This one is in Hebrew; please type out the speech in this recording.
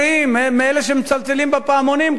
אלה שמצלצלים בפעמונים כל יום.